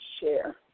share